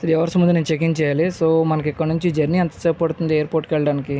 three hours ముందు నేను checking చెయ్యాలి సో మనకి ఇక్కడ నుంచి జర్నీ ఎంతసేపు పడుతుంది ఎయిర్పోర్ట్కి వెళ్ళడానికి